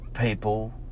people